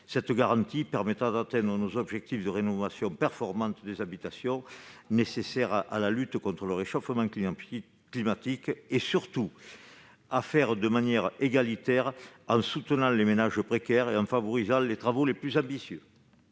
Cela nous permettra d'atteindre nos objectifs en matière de rénovation performante des habitations, nécessaires à la lutte contre le réchauffement climatique, et, surtout, de le faire de manière égalitaire, en soutenant les ménages précaires et en favorisant les travaux les plus ambitieux.